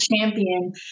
champion